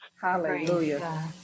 Hallelujah